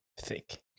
Thick